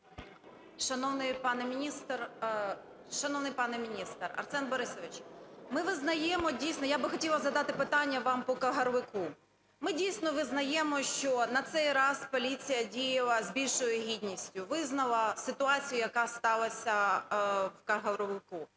Шановний пане міністре, Арсене Борисовичу, ми визнаємо, дійсно... Я хотіла б задати питання вам по Кагарлику. Ми, дійсно, визнаємо, що на цей раз поліція діла з більшою гідністю – визнала ситуацію, яка сталася в Кагарлику.